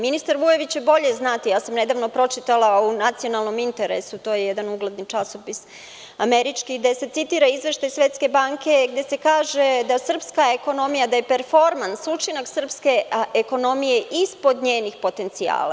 Ministar Vujović će bolje znati, nedavno sam pročitala u „Nacionalnom interesu“, to je jedan ugledni časopis američki, gde se citira izveštaj Svetske banke, gde se kaže da srpska ekonomija, da je performans učinak srpske ekonomije ispod njenih potencijala.